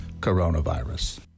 coronavirus